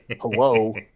Hello